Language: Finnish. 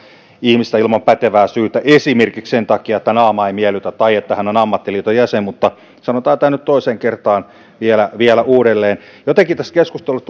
ihmistä ilman pätevää syytä esimerkiksi sen takia että naama ei miellytä tai että hän on ammattiliiton jäsen mutta sanotaan tämä nyt toiseen kertaan vielä vielä uudelleen jotenkin tässä keskustelussa